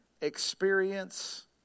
experience